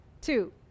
Two